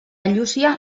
llúcia